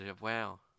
Wow